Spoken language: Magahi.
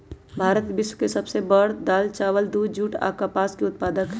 भारत विश्व के सब से बड़ दाल, चावल, दूध, जुट आ कपास के उत्पादक हई